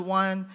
one